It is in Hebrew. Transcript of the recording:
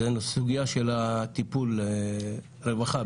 הסוגיה של הטיפול של הרווחה